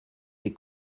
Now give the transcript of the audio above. des